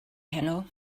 heno